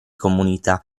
comunità